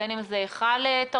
בין אם זה היכל תרבות,